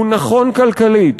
הוא נכון כלכלית,